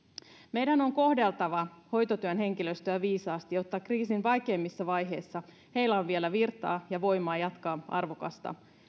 meidän on kohdeltava hoitotyön henkilöstöä viisaasti jotta kriisin vaikeimmissa vaiheissa heillä on vielä virtaa ja voimaa jatkaa arvokasta